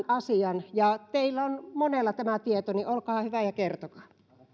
asian kun teistä monella on tämä tieto niin olkaa hyvä ja kertokaa